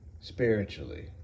spiritually